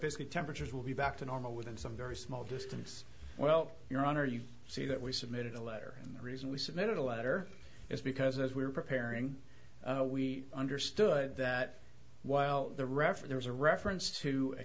basically temperatures will be back to normal within some very small distance well your honor you see that we submitted a letter and the reason we submitted a letter is because as we were preparing we understood that while the referee there was a reference to a